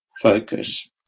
focus